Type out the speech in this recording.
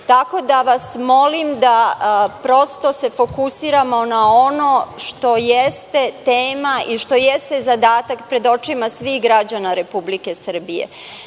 tako da vas molim da se fokusiramo na ono što jeste tema i što jeste zadatak pred očima svih građana Republike Srbije. Zaista